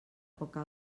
poca